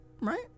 right